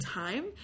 time